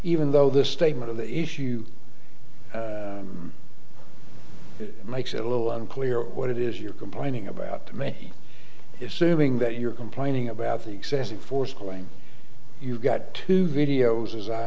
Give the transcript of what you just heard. even though this statement of the issue makes it a little unclear what it is you're complaining about to me is suing that you're complaining about the excessive force going you've got two videos as i